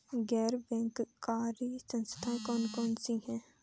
गैर बैंककारी संस्थाएँ कौन कौन सी हैं?